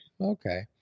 okay